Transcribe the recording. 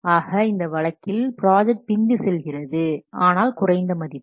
ஆக இந்த வழக்கில் ப்ராஜெக்ட் பிந்தி செல்கிறது ஆனால் குறைந்த மதிப்பு